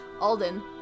Alden